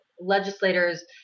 legislators